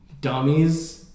dummies